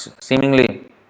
seemingly